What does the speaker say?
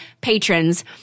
patrons